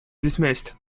dismissed